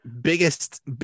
Biggest